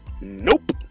Nope